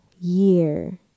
year